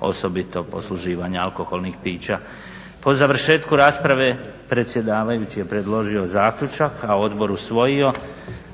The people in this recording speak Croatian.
osobito posluživanja alkoholnih pića. Po završetku rasprave predsjedavajući je predložio zaključak, a odbor usvojio